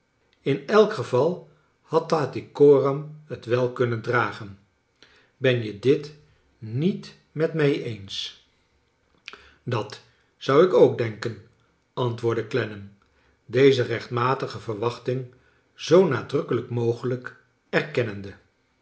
in elk geval had tattycoram het wel kunnen dragon ben je dit niet met mij eens dat zou ik ook denken antwoorddc clennam deze rechtmatige verwachting zoo nadrukkelijk mogelijk